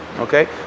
okay